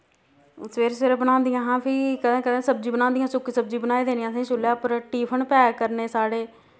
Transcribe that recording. सबेरे सबेरे बनांदियां हां फ्ही कदैं कदैं सब्जी बनांदियां हां सुक्की सब्जी बनाई देनी असें चुल्लै उप्पर टिफन पैक करने साढ़े